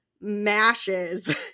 mashes